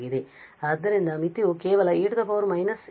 ಆದ್ದರಿಂದ ಮಿತಿಯು ಕೇವಲ e −as ನಂತೆ ಇರುತ್ತದೆ